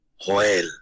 Joel